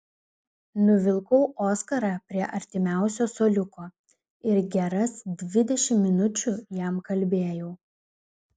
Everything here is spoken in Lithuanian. nuvilkau oskarą prie artimiausio suoliuko ir geras dvidešimt minučių jam kalbėjau